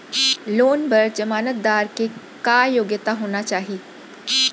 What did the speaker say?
Loan बर जमानतदार के का योग्यता होना चाही?